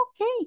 okay